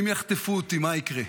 אם יחטפו אותי, מה יקרה?